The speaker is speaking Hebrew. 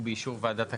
ובאישור וועדת הכלכלה,